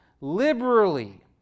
liberally